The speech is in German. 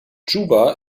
juba